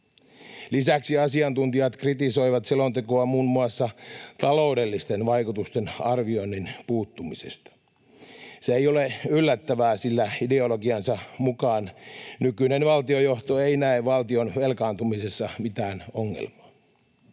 Lisäksi asiantuntijat kritisoivat selontekoa muun muassa taloudellisten vaikutusten arvioinnin puuttumisesta. Se ei ole yllättävää, sillä ideologiansa mukaan nykyinen valtiojohto ei näe valtion velkaantumisessa mitään ongelmaa.